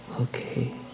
Okay